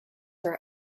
are